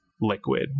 liquid